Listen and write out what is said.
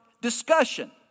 discussion